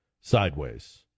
sideways